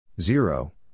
Zero